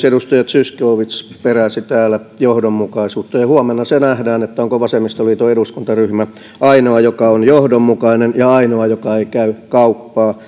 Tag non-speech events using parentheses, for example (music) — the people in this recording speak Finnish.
(unintelligible) edustaja zyskowicz peräsi täällä johdonmukaisuutta ja huomenna se nähdään onko vasemmistoliiton eduskuntaryhmä ainoa joka on johdonmukainen ja ainoa joka ei käy kauppaa (unintelligible)